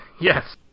Yes